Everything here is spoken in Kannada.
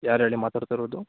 ಯಾರು ಹೇಳಿ ಮಾತಾಡ್ತಾ ಇರೋದು